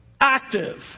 active